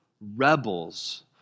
rebels